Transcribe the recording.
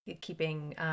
keeping